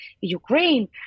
ukraine